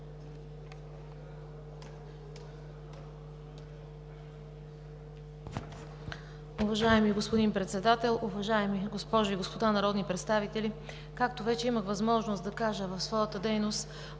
вече имах възможност да кажа, в своята дейност